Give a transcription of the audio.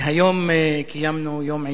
היום קיימנו יום עיון,